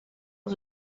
are